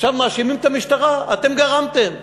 עכשיו מאשימים את המשטרה אתם גרמתם.